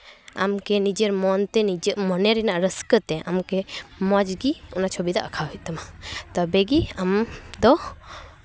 ᱟᱢᱜᱮ ᱱᱤᱡᱮᱨ ᱢᱚᱱᱛᱮ ᱱᱤᱡᱮ ᱢᱚᱱᱮ ᱨᱮᱱᱟᱜ ᱨᱟᱹᱥᱠᱟᱹᱛᱮ ᱟᱢᱠᱮ ᱢᱚᱡᱽ ᱜᱮ ᱚᱱᱟ ᱪᱷᱚᱵᱤ ᱫᱚ ᱟᱸᱠᱟᱣ ᱦᱩᱭᱩᱜ ᱛᱟᱢᱟ ᱛᱚᱵᱮᱜᱮ ᱟᱢ ᱫᱚ